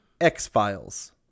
X-Files